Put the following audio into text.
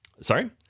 Sorry